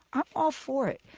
i'm all for it.